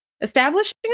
Establishing